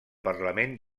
parlament